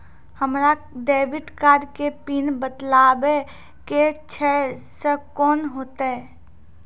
हमरा debit card के PIN बदलबावै के छैं से कौन होतै?